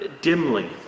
dimly